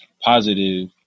positive